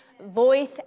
voice